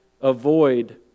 avoid